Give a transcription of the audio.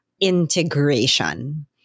integration